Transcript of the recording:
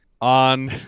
on